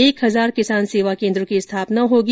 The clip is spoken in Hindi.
एक हजार किसान सेवा केन्द्रों की स्थापना होगी